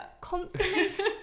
constantly